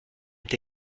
est